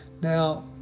Now